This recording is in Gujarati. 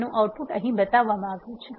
તેથી આઉટપુટ અહીં બતાવવામાં આવ્યું છે